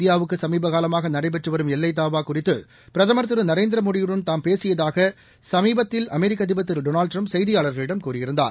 இந்தியாவுக்குசமீபகாலமாகநடைபெற்றுவரும் எல்லைதாவாகுறித்துபிரதமா் சீனாவுடன் திரு நரேந்திரமோடியுடன் தாம் பேசியதாகசுமீபத்தில் அமெிக்கஅதிபர் டொனால்டுடிரம்ப் திரு செய்தியாளர்களிடம் கூறியிருந்தார்